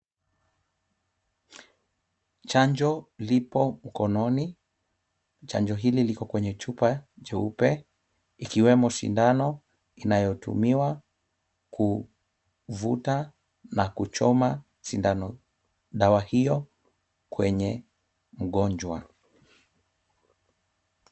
Chanjo lipo mkononi. Chanjo hili liko kwenye chupa cheupe ikiwemo sindano inayotumiwa kuvuta na choma dawa hiyo kwenye mgonjwa.